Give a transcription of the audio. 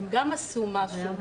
הם גם עשו משהו.